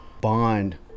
bond